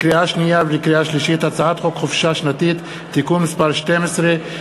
לקריאה שנייה ולקריאה שלישית: הצעת חוק חופשה שנתית (תיקון מס' 12),